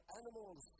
animals